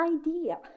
idea